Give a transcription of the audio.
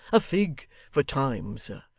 a fig for time, sir.